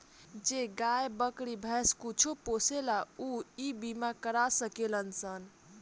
जे गाय, बकरी, भैंस कुछो पोसेला ऊ इ बीमा करा सकेलन सन